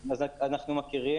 אנחנו תמיד,